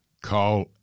call